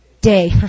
Day